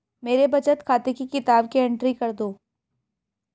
मेरे बचत खाते की किताब की एंट्री कर दो?